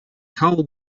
carl